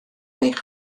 eich